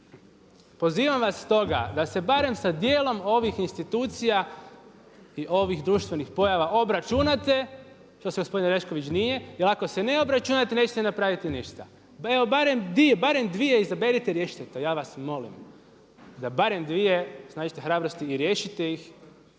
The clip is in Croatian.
Pozivam vas stoga da se barem sa dijelom ovih institucija i ovih društvenih pojava obračunate što se gospodin Orešković nije, jer ako se ne obračunate nećete napraviti ništa. Evo barem dvije izaberite i riješite to, ja vas molim da barem dvije nađete hrabrosti i riješite ih,